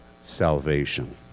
salvation